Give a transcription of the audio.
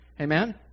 Amen